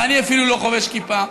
ואני אפילו לא חובש כיפה,